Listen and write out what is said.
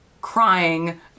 crying